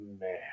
Man